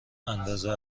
اندازه